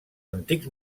antics